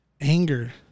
anger